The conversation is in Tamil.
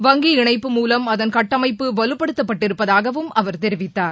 வங்கி இணைப்பு மூலம் அதன் கட்டமைப்பு வலுப்படுத்தப்பட்டிருப்பதாகவும் அவர் தெரிவித்தார்